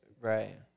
Right